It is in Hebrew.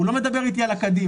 הוא לא מדבר איתי על הקדימה,